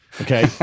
Okay